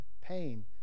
pain